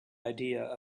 idea